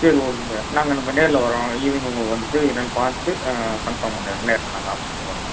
சரி ஓகேங்க நாங்கள் அப்போ நேரில் வர்றோம் ஈவினிங் உங்களுக்கு வந்துவிட்டு என்னனு பார்த்துட்டு கன்ஃபார்ம் பண்ணிடுறோம் நேரில் நாங்கள் ஆஃபீஸுக்கு வர்றோம்